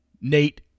nate